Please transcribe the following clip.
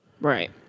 Right